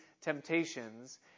temptations